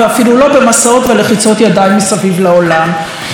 ואפילו לא במסעות ולחיצות ידיים מסביב לעולם,